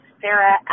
Sarah